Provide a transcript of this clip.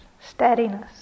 steadiness